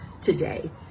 today